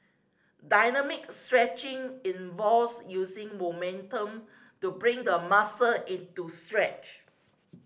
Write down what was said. dynamic stretching involves using momentum to bring the muscle into stretch